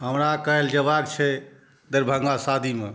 हमरा काल्हि जेबाक छै दरिभंगा सादीमे